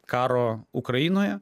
karo ukrainoje